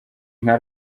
nka